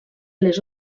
les